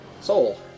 soul